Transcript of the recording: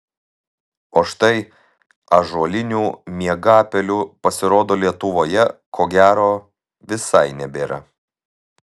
o štai ąžuolinių miegapelių pasirodo lietuvoje ko gero visai nebėra